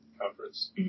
conference